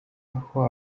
aho